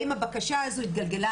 האם הבקשה הזו התגלגלה לספר התקציב?